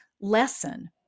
lesson